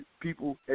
people